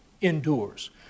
endures